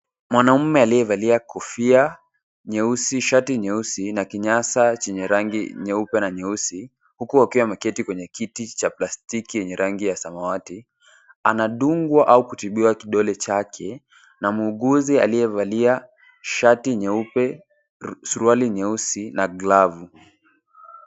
Mwanaume aliyevalia kofia nyeusi , shati nyeusi na kinyasa chenye rangi nyeupe na nyeusi huku akiwa ameketi kwenye kiti cha plastiki yenye rangi ya samawati, anadungwa au kutibiwa kidole chake na muuguzi aliyevalia shati nyeupe, suruali nyeusi na glavu.